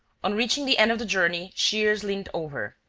on reaching the end of the journey, shears leant over,